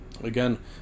again